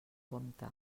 compte